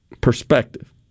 perspective